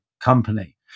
company